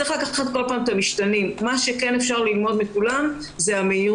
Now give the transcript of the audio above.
צריך לקחת בחשבון בכל פעם את המשתנים.